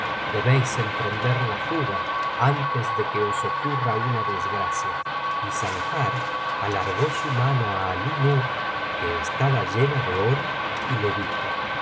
debéis emprender la fuga antes de que os ocurra una desgracia y sanjar alargó su mano á alínur que estaba llena de oro y le dijo oh